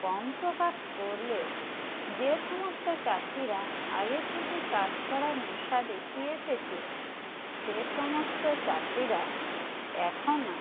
কম প্রকাশ করলেও যে সমস্ত চাষিরা আগে থেকে চাষ করার নেশা দেখিয়ে এসেছে সে সমস্ত চাষিরা এখনও